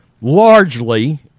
largely